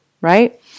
right